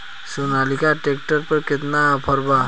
Sonalika tractor पर केतना offer बा?